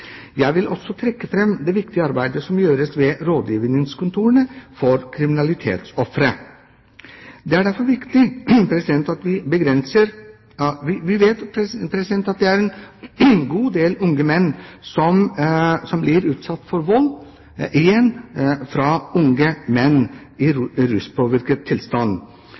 Jeg vil også trekke fram det viktige arbeidet som gjøres ved rådgivningskontorene for kriminalitetsofre. Vi vet at det er en god del unge menn som blir utsatt for vold fra andre unge menn i